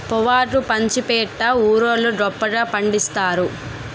పొవ్వాకు పాచిపెంట ఊరోళ్లు గొప్పగా పండిచ్చుతారు